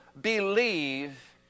believe